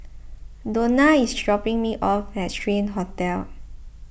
Donna is dropping me off at Strand Hotel